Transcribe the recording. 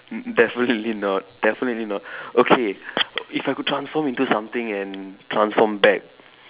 d~ definitely not definitely not okay if I could transform into something and transform back